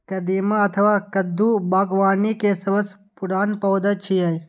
कदीमा अथवा कद्दू बागबानी के सबसं पुरान पौधा छियै